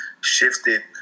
shifted